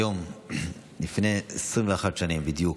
היום לפני 21 שנים בדיוק,